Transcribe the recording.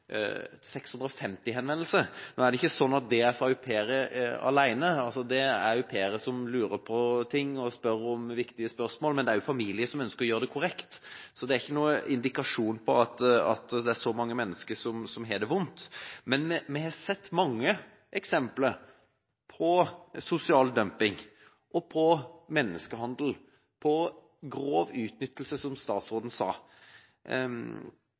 650 henvendelser. Nå er ikke det fra au pairer alene. Det er fra au pairer som lurer på ting og stiller viktige spørsmål, men det er også fra familier som ønsker å gjøre ting korrekt. Dette er ikke noen indikasjon på at det er så mange mennesker som har det vondt. Men vi har sett mange eksempler på sosial dumping, menneskehandel og grov utnyttelse – som statsråden sa.